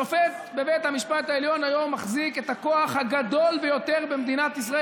שופט בבית המשפט העליון מחזיק היום את הכוח הגדול ביותר במדינת ישראל.